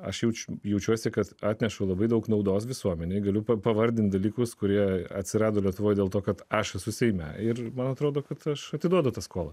aš jaučiu jaučiuosi kad atneša labai daug naudos visuomenei galiu pavardinti dalykus kurie atsirado lietuvoje dėl to kad aš esu seime ir man atrodo kad aš atiduodu tą skolą